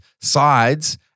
sides